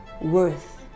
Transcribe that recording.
worth